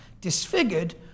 disfigured